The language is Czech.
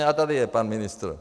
A, tady je pan ministr.